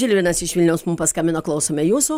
žilvinas iš vilniaus mum paskambino klausome jūsų